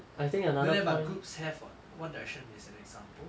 no leh but groups have what one direction is an example